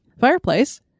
fireplace